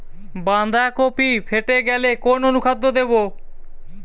বাঁধাকপি ফেটে গেলে কোন অনুখাদ্য দেবো?